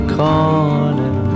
corner